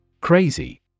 Crazy